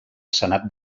senat